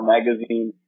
Magazine